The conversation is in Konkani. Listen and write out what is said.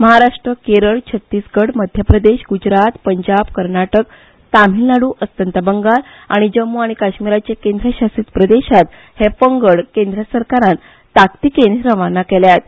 महाराष्ट्र केरळ छत्तीसगढ मध्य प्रदेश ग्जरात पंजाब कर्नाटक तामिळनाडू अस्तत बंगाल आनी जम्मू आनी काश्मिराचे केंद्रशासीत प्रदेशात हे पंगड केंद्र सरकारान ताकतिकेन रवाना केल्यात